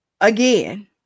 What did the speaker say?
Again